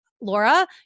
Laura